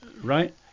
Right